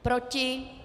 Proti?